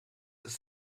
ist